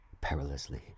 perilously